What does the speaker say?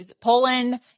Poland